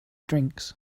drinks